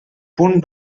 punt